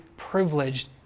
Privileged